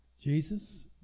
Jesus